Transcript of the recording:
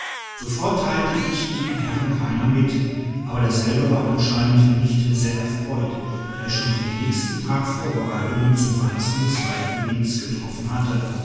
sofort teilte ich ihn herrn greiner mit aber derselbe war anscheinend nicht sehr erfreut da er schon für den nächsten tag vorbereitungen zum verlassen des waldgebietes getroffen hatte